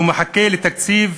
שמחכה לתקציב,